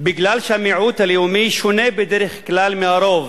כי המיעוט הלאומי שונה בדרך כלל מהרוב,